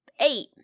Eight